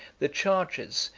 the chargers,